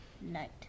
night